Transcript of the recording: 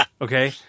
Okay